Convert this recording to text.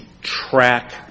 track